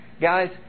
Guys